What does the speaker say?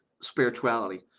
spirituality